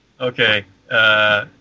Okay